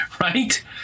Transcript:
Right